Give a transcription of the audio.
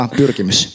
pyrkimys